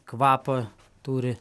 kvapą turi